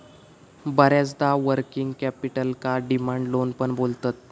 बऱ्याचदा वर्किंग कॅपिटलका demand loan पण बोलतत